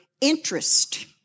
interest